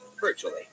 virtually